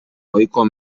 ohiko